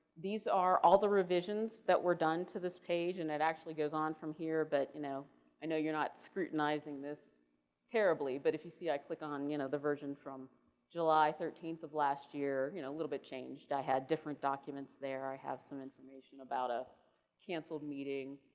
these are all the revisions that we're done to this page and that actually goes on from here, but you know i know you're not scrutinizing this terribly. but if you see, i click on you know the version from july thirteenth of last year, you know little bit change that had different documents. i have some information about a canceled meeting.